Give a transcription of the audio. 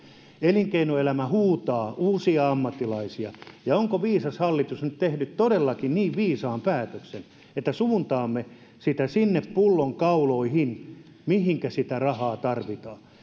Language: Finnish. elinkeinoelämä huutaa uusia ammattilaisia ja onko viisas hallitus nyt tehnyt todellakin niin viisaan päätöksen että suuntaamme sitä niihin pullonkauloihin mihinkä sitä rahaa tarvitaan